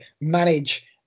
manage